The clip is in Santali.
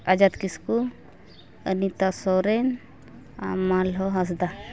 ᱟᱡᱟᱫ ᱠᱤᱥᱠᱩ ᱚᱱᱤᱛᱟ ᱥᱚᱨᱮᱱ ᱢᱟᱞᱦᱚ ᱦᱟᱸᱥᱫᱟ